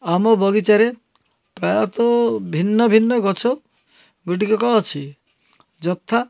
ଆମ ବଗିଚାରେ ପ୍ରାୟତଃ ଭିନ୍ନ ଭିନ୍ନ ଗଛ ଗୁଡ଼ିକ ଅଛି ଯଥା